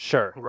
Sure